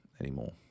anymore